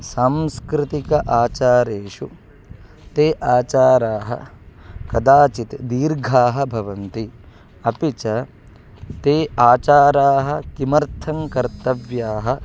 सांस्कृतिकेषु आचारेषु ते आचाराः कदाचित् दीर्घाः भवन्ति अपि च ते आचाराः किमर्थं कर्तव्याः